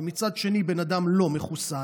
ומצד שני בן אדם לא מחוסן,